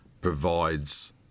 provides